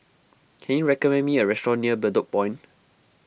can you recommend me a restaurant near Bedok Point